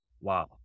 Wow